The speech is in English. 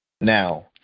Now